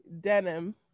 denim